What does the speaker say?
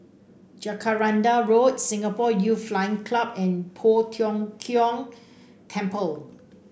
Jacaranda Road Singapore Youth Flying Club and Poh Tiong Kiong Temple